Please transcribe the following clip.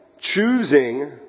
choosing